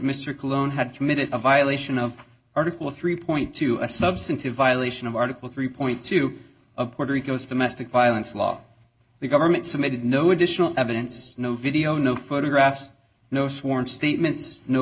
mr cologne had committed a violation of article three point two a substantive violation of article three two of puerto rico's domestic violence law the government submitted no additional evidence no video no photographs no sworn statements no